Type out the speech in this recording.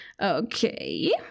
Okay